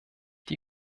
die